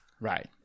right